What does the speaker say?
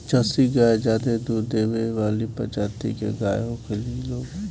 Jersey गाय ज्यादे दूध देवे वाली प्रजाति के गाय होखेली लोग